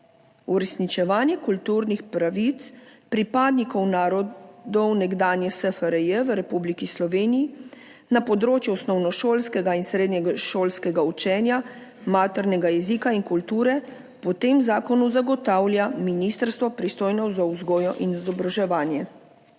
»Uresničevanje kulturnih pravic pripadnikov narodov nekdanje SFRJ v Republiki Sloveniji na področju osnovnošolskega in srednješolskega učenja maternega jezika in kulture po tem zakonu zagotavlja ministrstvo, pristojno za vzgojo in izobraževanje.«